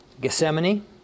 Gethsemane